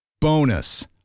Bonus